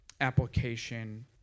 Application